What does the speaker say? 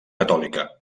catòlica